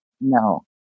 No